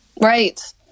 Right